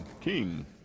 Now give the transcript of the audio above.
King